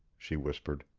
she whispered.